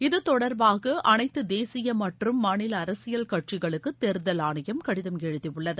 இது தொடர்பாக அனைத்து தேசிய மற்றும் மாநில அரசியல் கட்சிகளுக்கு தோ்தல் ஆணையம் கடிதம் எழுதியுள்ளது